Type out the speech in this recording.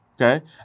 okay